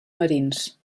marins